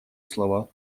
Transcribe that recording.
слова